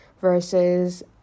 versus